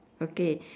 okay